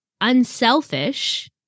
unselfish